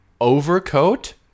Overcoat